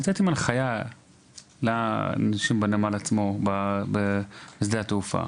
לצאת עם הנחייה בנמל עצמו בשדה התעופה,